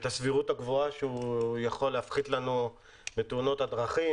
את הסבירות הגבוהה שהוא יכול להפחית לנו בתאונות הדרכים,